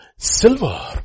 Silver